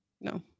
No